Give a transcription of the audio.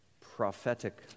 prophetic